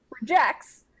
rejects